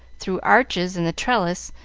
through arches in the trellis,